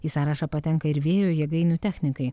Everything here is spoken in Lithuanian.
į sąrašą patenka ir vėjo jėgainių technikai